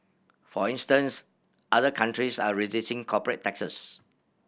for instance other countries are reducing corporate taxes